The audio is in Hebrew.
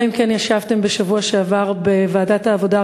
אלא אם כן ישבתם בשבוע שעבר בוועדת העבודה,